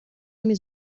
نمی